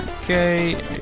okay